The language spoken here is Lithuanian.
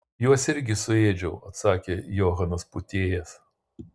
juos irgi suėdžiau atsakė johanas pūtėjas